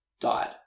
died